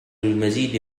لمزيد